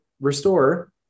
restore